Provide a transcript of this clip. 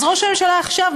אז ראש הממשלה עכשיו,